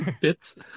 bits